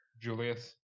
Julius